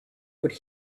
could